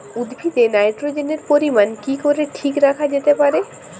উদ্ভিদে নাইট্রোজেনের পরিমাণ কি করে ঠিক রাখা যেতে পারে?